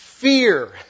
Fear